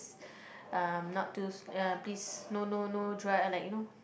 uh not too no no no dry ah like you know